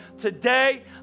today